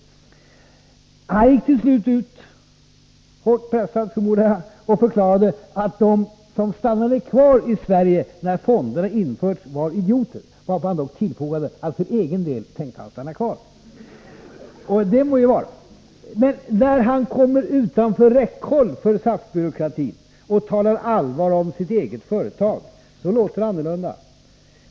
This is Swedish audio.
Werthén gick till slut — hårt pressad, förmodar jag — ut och förklarade att de som stannade kvar i Sverige när fonderna införts var idioter, varpå han dock tillfogade att han för egen del tänkte stanna kvar. — Det må vara. Men när han kommer utom räckhåll för SAF-byråkratin och talar allvar om sitt eget företag, låter det annorlunda.